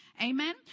Amen